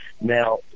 Now